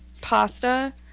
pasta